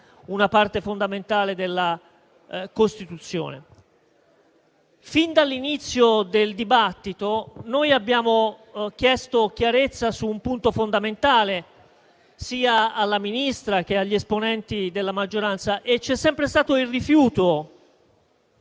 una parte fondamentale della Costituzione. Fin dall'inizio del dibattito noi abbiamo chiesto chiarezza su un punto fondamentale, sia alla Ministra che agli esponenti della maggioranza, e c'è sempre stato il rifiuto